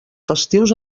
festius